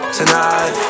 Tonight